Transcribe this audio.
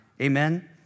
amen